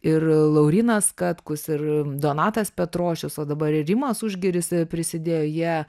ir laurynas katkus ir donatas petrošius o dabar ir rimas užgiris prisidėjo jie